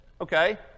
Okay